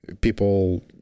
people